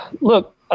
look